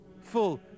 full